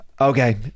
Okay